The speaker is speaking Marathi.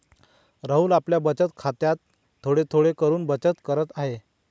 राहुल आपल्या बचत खात्यात थोडे थोडे करून बचत करत आहे